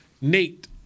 Nate